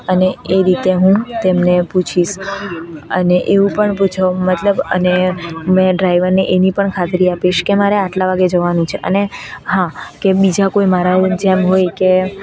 અને એ રીતે હું તેમને પૂછીશ અને એવું પણ પૂછવામાં મતલબ અને મેં ડ્રાઇવરને એની પણ ખાતરી આપીશ કે મારે આટલા વાગે જવાનું છે અને હા કે બીજા કોઈ મારાઓ જેમ હોય કે